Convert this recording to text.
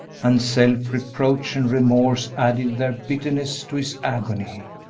and self-reproach and remorse added their bitterness to his agony.